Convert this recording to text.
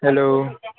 hello